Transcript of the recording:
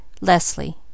Leslie